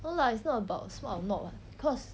no lah it's not about smart or not what cause